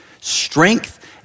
strength